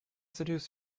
seduce